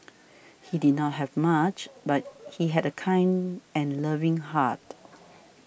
he did not have much but he had a kind and loving heart